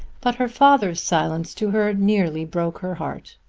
but her father's silence to her nearly broke her heart.